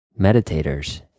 meditators